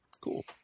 Cool